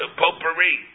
potpourri